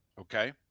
Okay